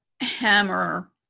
hammer